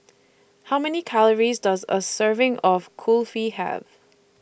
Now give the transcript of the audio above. How Many Calories Does A Serving of Kulfi Have